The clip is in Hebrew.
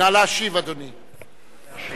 נא להשיב, אדוני.